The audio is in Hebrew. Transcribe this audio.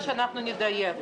בבקשה שנדייק.